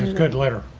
good letter.